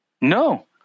No